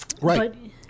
Right